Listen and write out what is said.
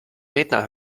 redner